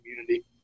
community